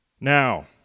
Now